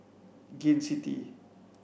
Gain City